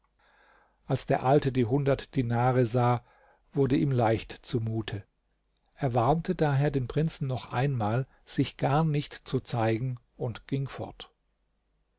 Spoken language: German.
als der alte die hundert dinare sah wurde ihm leicht zu mute er warnte daher den prinzen noch einmal sich gar nicht zu zeigen und ging fort